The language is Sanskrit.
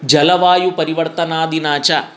जलवायुः परिवर्तनादिना च